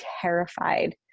terrified